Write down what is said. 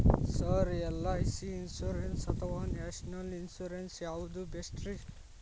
Sir LIC insurance ಅಥವಾ national insurance ಯಾವುದು ಬೆಸ್ಟ್ರಿ?